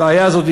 הבעיה הזאת,